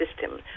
system